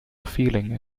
feeling